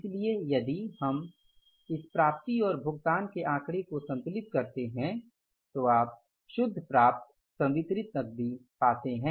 इसलिए यदि हम इस प्राप्ति और भुगतान के आंकड़े को संतुलित करते हैं तो आप शुद्ध प्राप्तसंवितरित नकदी पाते हैं